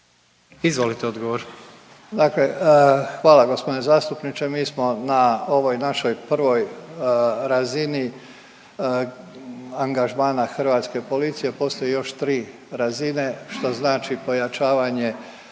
Dakle, hvala gospodine zastupniče. Mi smo na ovoj našoj prvoj razini angažmana hrvatske policije, postoje još tri razine što znači pojačavanje